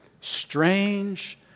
strange